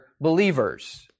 believers